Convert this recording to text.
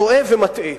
טועה ומטעה.